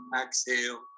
Exhale